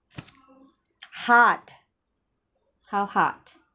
hard how hard